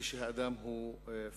כשהאדם הוא פלסטיני.